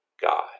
God